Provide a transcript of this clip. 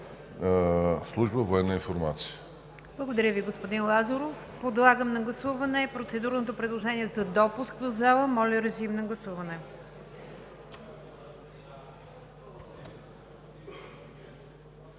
служба „Военна информация“.